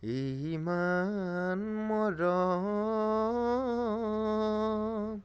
ইমান মৰম